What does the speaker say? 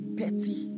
petty